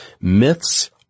myths